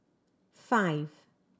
five